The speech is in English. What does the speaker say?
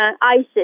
ISIS